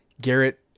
Garrett